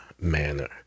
manner